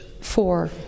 four